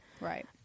Right